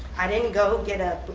i didn't go get a,